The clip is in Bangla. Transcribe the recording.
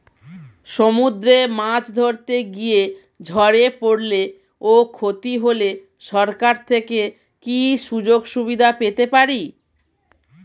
সমুদ্রে মাছ ধরতে গিয়ে ঝড়ে পরলে ও ক্ষতি হলে সরকার থেকে কি সুযোগ সুবিধা পেতে পারি?